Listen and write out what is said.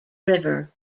river